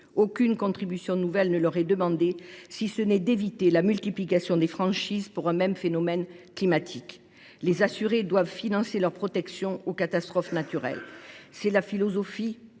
Aucune contribution nouvelle ne leur est demandée, rien sinon éviter la multiplication des franchises pour un même phénomène climatique. Les assurés doivent financer leur protection aux catastrophes naturelles : telle est la philosophie